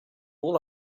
all